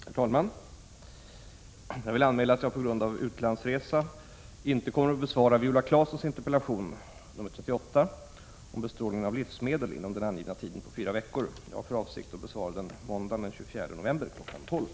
Herr talman! Jag vill anmäla att jag på grund av utlandsresa inte kommer att besvara Viola Claessons interpellation 38 om bestrålning av livsmedel inom den angivna tiden av fyra veckor. Jag har för avsikt att besvara den måndagen den 24 november kl. 12.00.